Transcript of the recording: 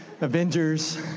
Avengers